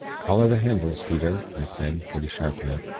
collar the candles, peter i said, pretty sharply,